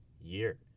year